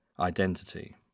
identity